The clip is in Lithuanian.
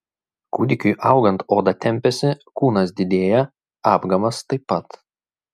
kūdikiui augant oda tempiasi kūnas didėja apgamas taip pat